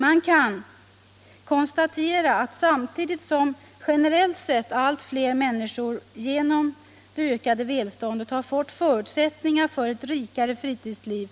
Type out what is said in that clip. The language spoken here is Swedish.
Vi kan konstatera att generellt sett allt fler människor genom det ökade välståndet har fått förutsättningar för ett rikare fritidsliv.